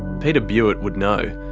peter bewert would know.